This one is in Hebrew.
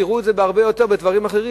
יראו את זה הרבה יותר בדברים אחרים,